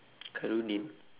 khairudin